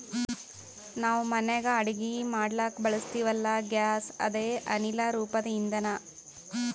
ನಾವ್ ಮನ್ಯಾಗ್ ಅಡಗಿ ಮಾಡ್ಲಕ್ಕ್ ಬಳಸ್ತೀವಲ್ಲ, ಗ್ಯಾಸ್ ಅದೇ ಅನಿಲ್ ರೂಪದ್ ಇಂಧನಾ